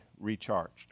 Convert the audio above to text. recharged